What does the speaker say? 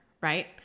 right